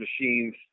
machines